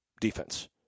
defense